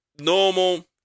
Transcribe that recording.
normal